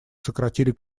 сократили